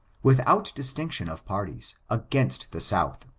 without distinction of parties, against the south.